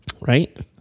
Right